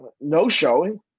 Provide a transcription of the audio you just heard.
no-showing